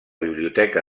biblioteca